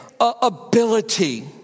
ability